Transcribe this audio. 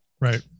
right